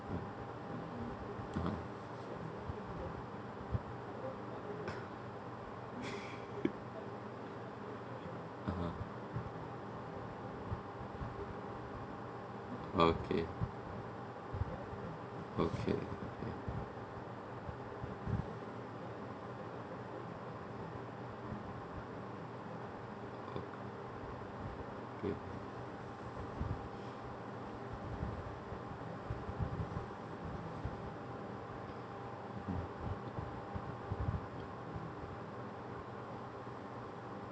(uh huh) (uh huh) okay okay